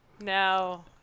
No